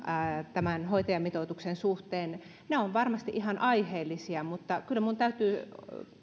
tämän hoitajamitoituksen suhteen ne ovat varmasti ihan aiheellisia mutta kyllä minun täytyy